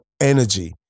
energy